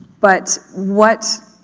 but what,